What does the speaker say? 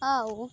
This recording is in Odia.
ଆଉ